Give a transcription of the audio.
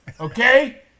Okay